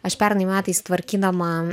aš pernai metais tvarkydama